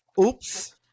Oops